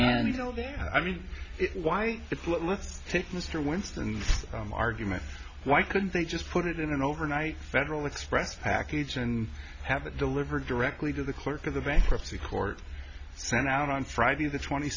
and you know i mean why if let's take mr winston's argument why couldn't they just put it in an overnight federal express package and have it delivered directly to the clerk of the bankruptcy court sent out on friday the twenty